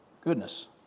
goodness